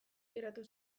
geratu